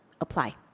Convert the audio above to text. apply